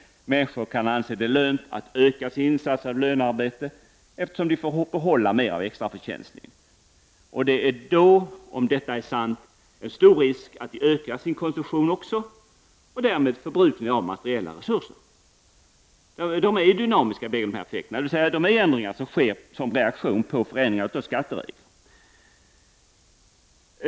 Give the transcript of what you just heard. Människor kan anse det vara lönt att öka sin insats av lönearbete, eftersom de får behålla mer av extraförtjänsten. Det är därvid stor risk att de ökar sin konsumtion och därmed förbrukningen av materiella resurser. Bägge dessa effekter är dynamiska, dvs. de sker som en reaktion på förändringarna av skattereglerna.